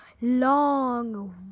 long